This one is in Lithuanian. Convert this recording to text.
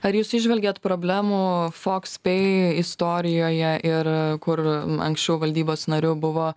ar jūs įžvelgiat problemų fox pei istorijoje ir kur anksčiau valdybos nariu buvo